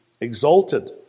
exalted